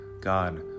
God